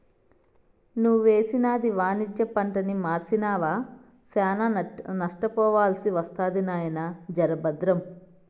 నువ్వేసింది వాణిజ్య పంటని మర్సినావా, శానా నష్టపోవాల్సి ఒస్తది నాయినా, జర బద్రం